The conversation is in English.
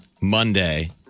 Monday